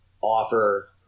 offer